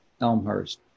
Elmhurst